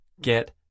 Get